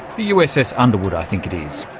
the uss underwood, i think it is.